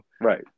Right